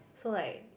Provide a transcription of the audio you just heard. so like